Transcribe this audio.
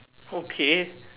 okay